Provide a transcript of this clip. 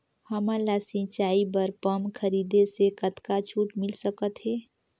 हमन ला सिंचाई बर पंप खरीदे से कतका छूट मिल सकत हे?